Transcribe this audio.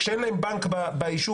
כשאין להם בנק ביישוב,